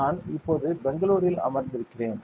நான் இப்போது பெங்களூரில் அமர்ந்திருக்கிறேன்